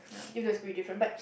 you know it's pretty different but